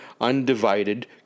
undivided